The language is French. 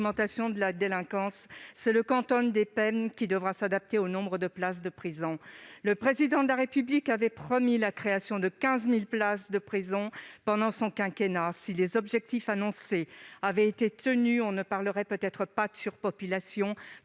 de la délinquance, c'est le quantum des peines qui devra s'adapter au nombre de places de prison. Le Président de la République avait promis la création de 15 000 places de prison pendant son quinquennat. Si les objectifs annoncés avaient été tenus, on ne parlerait peut-être pas de surpopulation